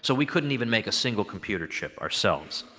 so we couldn't even make a single computer chip, ourselves.